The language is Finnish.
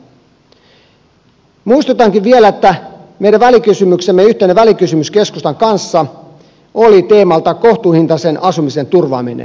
muistutankin vielä että meidän välikysymyksemme yhteinen välikysymyksemme keskustan kanssa oli teemaltaan kohtuuhintaisen asumisen turvaaminen